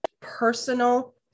personal